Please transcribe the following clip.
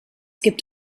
gibt